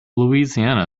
louisiana